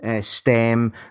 STEM